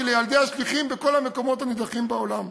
לילדי השליחים בכל המקומות הנידחים בעולם.